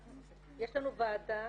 יש לנו ועדה